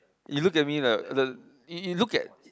you look at me like the you look at